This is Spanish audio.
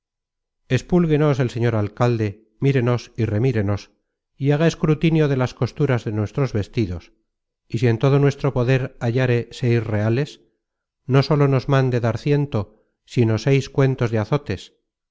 dijo espúlguenos el señor alcalde mírenos y remirenos y haga escrutinio de las costuras de nuestros vestidos y si en todo nuestro poder halláre seis reales no sólo nos mande dar ciento sino seis cuentos de azotes